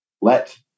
let